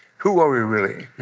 who are we really,